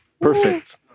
perfect